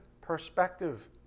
perspective